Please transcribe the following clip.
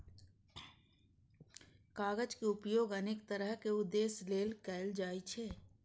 कागज के उपयोग अनेक तरहक उद्देश्य लेल कैल जाइ छै